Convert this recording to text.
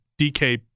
DK